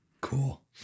Cool